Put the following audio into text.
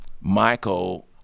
michael